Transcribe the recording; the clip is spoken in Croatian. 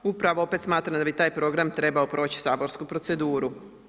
Upravo opet smatram da bi taj program trebao proći saborsku proceduru.